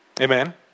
Amen